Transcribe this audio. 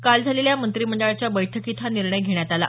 काल झालेल्या मंत्रिमंडळाच्या बैठकीत हा निर्णय घेण्यात आला